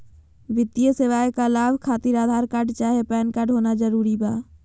वित्तीय सेवाएं का लाभ खातिर आधार कार्ड चाहे पैन कार्ड होना जरूरी बा?